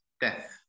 death